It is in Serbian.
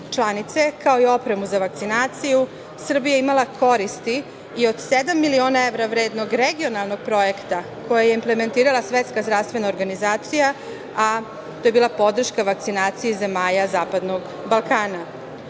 članica EU, kao i opremu za vakcinaciju. Srbija je imala koristi i od sedam miliona evra vrednog regionalnog projekta koje je implementirala Svetska zdravstvena organizacija, a to je bila podrška vakcinaciji zemalja zapadnog Balkana. Do